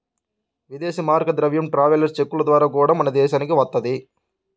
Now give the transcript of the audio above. ఇదేశీ మారక ద్రవ్యం ట్రావెలర్స్ చెక్కుల ద్వారా గూడా మన దేశానికి వత్తది